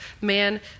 man